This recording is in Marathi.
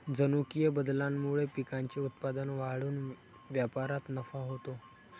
जनुकीय बदलामुळे पिकांचे उत्पादन वाढून व्यापारात नफा होतो